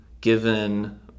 given